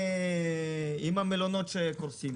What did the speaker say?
עם המלונות שקורסים?